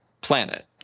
planet